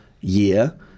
year